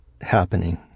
happening